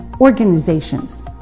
organizations